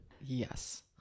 Yes